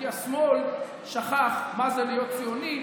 כי השמאל שכח מה זה להיות ציוני,